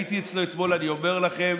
הייתי אצלו אתמול ואני אומר לכם: